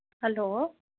hello